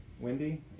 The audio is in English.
Wendy